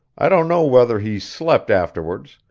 i don't know whether he slept afterwards,